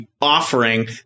offering